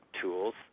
tools